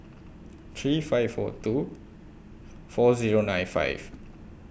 three five four two four Zero nine five